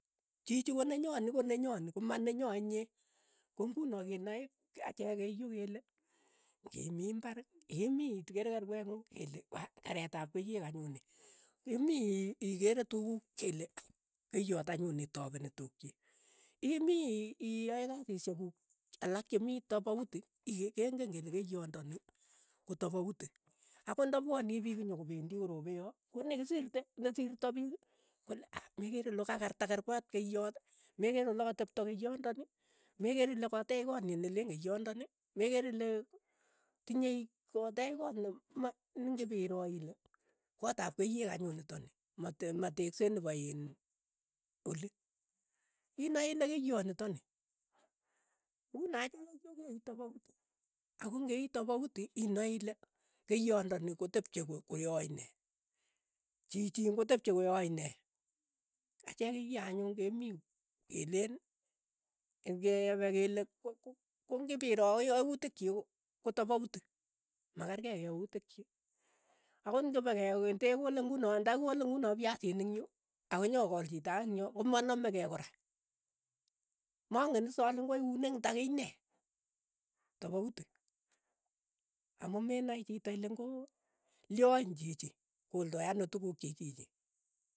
Chichi ko nenyo ni ko nenyo ni ko manenyo inye, kong'uno kenae a- acheek keiyo kele, kemii imbar, emii itikere kerwe ng'ung, kele waa kereet pa keiyek anyun ni. imii ii- ii keefe tukuk kele aa, keiyot anyun nitopeni tuuk chik. imii ii- ii aye kasishek kuuk alak chemii topauti kengen kele keiyondoni ko topauti, akot nda pwani piik nyokopendi korope yoo, konekisirite nesirto piik, kole aa mekere lokakarta kerwet keiyot. mekere ole katepto keiyondoni. mekere ile koteech koot neleen keiyondi, mekere ile tinyei koteech koot nep- nem ning'ipiro ile koot ap keiyek anyun nitok ni. mate mateksei nipo iin oli. inae ile keiyoot nitok ni, ng'uno achek keiyo keii topauti, ako ng'eitopauti inai ile keyondoni kotepche ko- koyai nee, chichiin kotepche koyae nee, achek keiyeek anyun kemii keleen ipkepe kele ko- ko- kong'ipiro yautik chii kotopauti. makerkei yautik chi, akot ng'opewe ntekole nguno ndakikole nguno fiasin ing' yu, ako nyokokol chito ake ing yo, komaname kei kora, mang'en is ale ngo eunek nda kiy nee, topauti. amu menae chito ile ng'o lyoin chichi, koldai ano tukuk chii chichi.